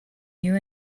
you